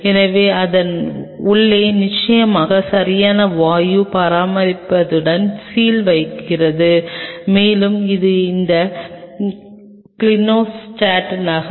எனவே அதன் உள்ளே நிச்சயமாக சரியான வாயு பரிமாற்றத்துடன் சீல் வைக்கிறது மேலும் இது இந்த கிளினோஸ்டாட்டில் நகரும்